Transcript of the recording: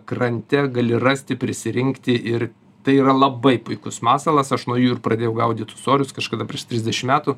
krante gali rasti prisirinkti ir tai yra labai puikus masalas aš nuo jų ir pradėjau gaudyt ūsorius kažkada prieš trisdešim metų